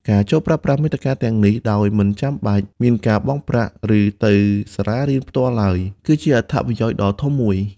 ការចូលប្រើប្រាស់មាតិកាទាំងនេះ ដោយមិនចាំបាច់មានការបង់ប្រាក់ ឬទៅសាលារៀនផ្ទាល់ឡើយ គឺជាអត្ថប្រយោជន៍ដ៏ធំមួយ។